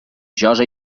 josa